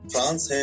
France